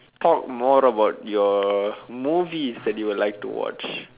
talk more about your movies that you would like to watch